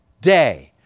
day